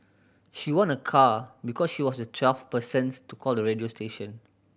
she won a car because she was the twelfth persons to call the radio station